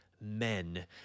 men